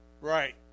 Right